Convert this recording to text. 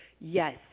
Yes